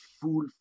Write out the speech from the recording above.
full